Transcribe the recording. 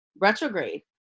retrograde